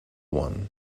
one